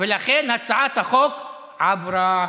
ולכן הצעת החוק עברה.